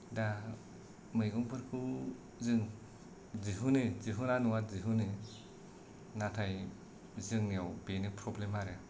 दा मैगंफोरखौ जों दिहुनो दिहुना नङा दिहुनो नाथाय जोंनियाव बेनो प्रब्लेम आरो